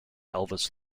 elvis